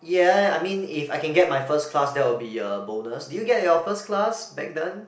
ya I mean if I can get my first class that would be a bonus did you get your first class back then